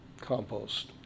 compost